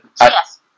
Yes